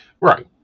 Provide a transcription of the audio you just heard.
Right